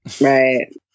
right